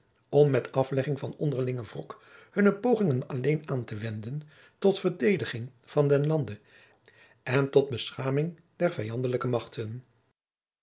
om met aflegging van onderlingen wrok hunne pogingen alleen aan te wenden tot verdediging van den lande en tot beschaming der vijandelijke machten